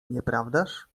nieprawdaż